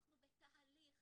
אנחנו בתהליך,